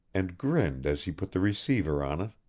and grinned as he put the receiver on it.